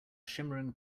shimmering